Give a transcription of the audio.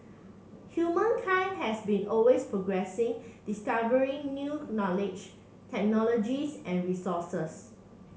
humankind has been always progressing discovering new knowledge technologies and resources